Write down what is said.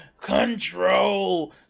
control